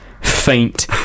faint